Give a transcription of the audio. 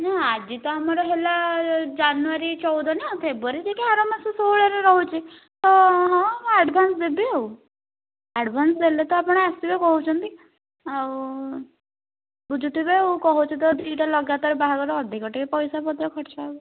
ନା ଆଜି ତ ଆମର ହେଲା ଜାନୁଆରୀ ଚଉଦ ନା ଫେବୃୟାରୀ ଯାଇକି ଆର ମାସ ଷୋହଳରେ ରହୁଛି ତ ହଁ ହଁ ଆଡ଼ଭାନ୍ସ ଦେବି ଆଉ ଆଡ଼ଭାନ୍ସ ଦେଲେ ତ ଆପଣ ଆସିବେ କହୁଛନ୍ତି ଆଉ ବୁଝୁଥିବେ ଆଉ କହୁଛୁ ତ ଦୁଇଟା ଲଗାତର ବାହାଘର ଅଧିକ ଟିକେ ପଇସାପତ୍ର ଖର୍ଚ୍ଚ ହବ